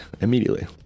immediately